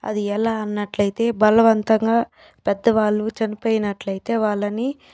అది ఎలా అన్నట్లయితే బలవంతంగా పెద్దవాళ్ళు చనిపోయినట్లయితే వాళ్ళని